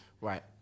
Right